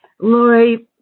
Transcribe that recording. Lori